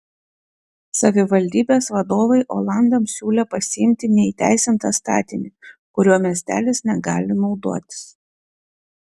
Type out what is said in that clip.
savivaldybės vadovai olandams siūlė pasiimti neįteisintą statinį kuriuo miestelis negali naudotis